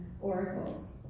oracles